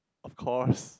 of course